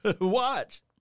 watch